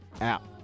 app